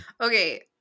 Okay